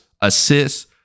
assists